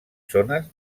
zones